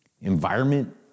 environment